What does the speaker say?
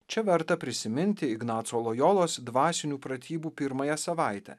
čia verta prisiminti ignaco lojolos dvasinių pratybų pirmąją savaitę